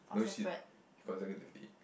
no she consecutively